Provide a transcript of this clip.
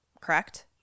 correct